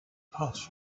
passed